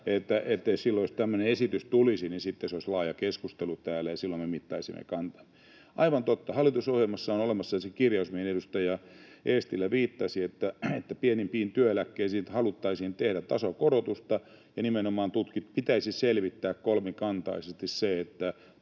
jos tämmöinen esitys tulisi, niin sitten olisi laaja keskustelu täällä ja silloin me mittaisimme kantamme. Aivan totta, hallitusohjelmassa on olemassa se kirjaus, mihin edustaja Eestilä viittasi, että pienimpiin työeläkkeisiin haluttaisiin tehdä tasokorotusta ja että nimenomaan pitäisi selvittää kolmikantaisesti,